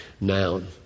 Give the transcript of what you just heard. noun